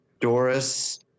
Doris